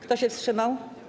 Kto się wstrzymał?